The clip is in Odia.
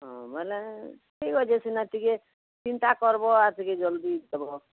ହଁ ବୋଇଲେ ଏ ଠିକ୍ ଅଛେ ସିନା ଟିକେ ଚିନ୍ତା କରବ୍ ଆର୍ ଟିକେ ଜଲ୍ଦି ଦେବ